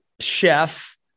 chef